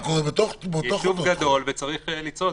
זה יישוב גדול וצריך לצעוד.